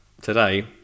today